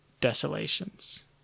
desolations